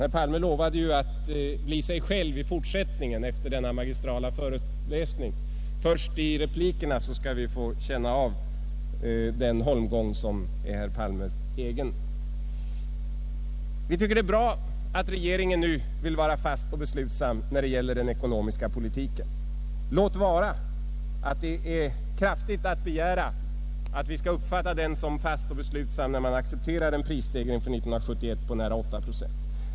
Herr Palme lovade ju att bli sig själv i fortsättningen efter den magistrala föreläsningen — först i replikerna skall vi få känna av den holmgång som är herr Palmes egen debattkonst. Vi tycker det är bra att regeringen vill vara fast och beslutsam när det gäller den ekonomiska politiken — låt vara att det är kraftigt att begära att vi skall uppfatta den som fast och beslutsam när man accepterar en prisstegring för 1971 på nära åtta procent.